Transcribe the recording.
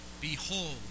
Behold